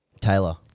Taylor